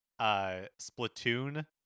Splatoon